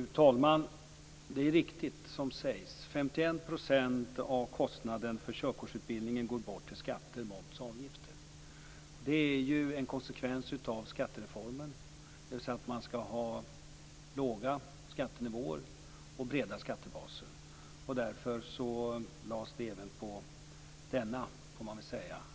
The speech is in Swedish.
Fru talman! Det är riktigt som sägs. 51 % av kostnaden för körkortsutbildningen går bort i skatter, moms och avgifter. Det är ju en konsekvens av skattereformen, dvs. att man skall ha låga skattenivåer och breda skattebaser. Därför lades det även på denna